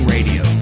Radio